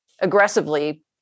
aggressively